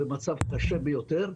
במצב קשה ביותר,